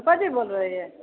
कोची बोल रहए हियए